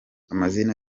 amazina